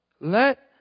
let